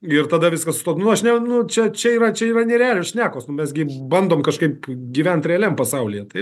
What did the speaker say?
ir tada viskas su tuo nu aš ne nu čia čia yra čia yra nerealios šnekos nu mes gi bandom kažkaip gyvent realiam pasaulyje taip